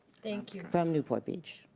thank you. from newport beach.